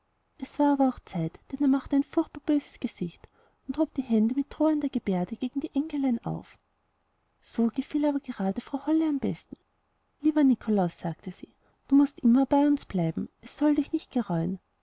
es war aber auch zeit denn er machte ein furchtbar böses gesicht und hob die hand mit drohender gebärde gegen die engelein auf so gefiel er aber grade der frau holle am besten lieber nikolaus sagte sie du mußt immer bei uns bleiben es soll dich nicht gereuen